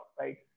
right